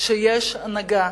שיש הנהגה,